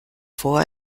vor